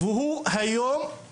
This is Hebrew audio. והוא היום אחד